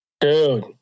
Dude